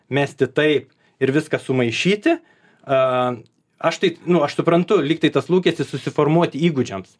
mesti taip ir viską sumaišyti a aš taip nu aš suprantu lyg tas lūkestis susiformuoti įgūdžiams